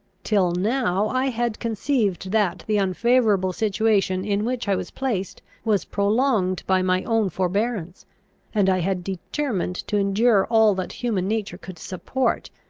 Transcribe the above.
till now, i had conceived that the unfavourable situation in which i was placed was prolonged by my own forbearance and i had determined to endure all that human nature could support,